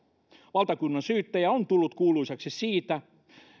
valtakunnansyyttäjä on tullut kuuluisaksi siitä